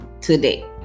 today